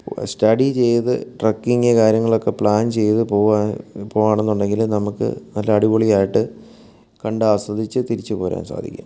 study ചെയ്ത് trekking കാര്യങ്ങളൊക്കെ plan ചെയ്ത് പോവുക പോവുകയാണെന്നുണ്ടെങ്കിൽ നമുക്ക് നല്ല അടിപൊളി ആയിട്ട് കണ്ട് ആസ്വദിച്ച് തിരിച്ച് പോരാൻ സാധിക്കും